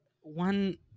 one